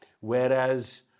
Whereas